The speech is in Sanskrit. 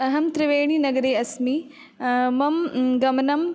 अहं त्रिवेणिनगरे अस्मि मम गमनम्